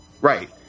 right